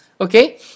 Okay